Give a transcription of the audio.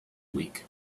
week